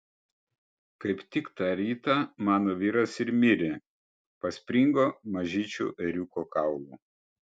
kaip tik tą rytą mano vyras ir mirė paspringo mažyčiu ėriuko kaulu